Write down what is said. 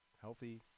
healthy